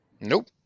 Nope